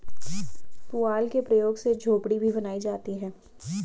पुआल के प्रयोग से झोपड़ी भी बनाई जाती है